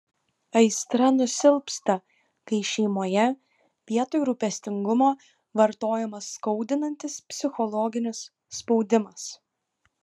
aistra nusilpsta kai šeimoje vietoj rūpestingumo vartojamas skaudinantis psichologinis spaudimas